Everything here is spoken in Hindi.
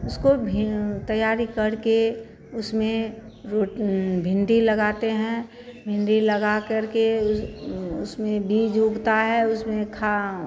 उसको भी तैयारी करके उसमें राेट भिंडी लगाते हैं भिंडी लगाकर के उस उसमें बीज उगता है उसमें खांव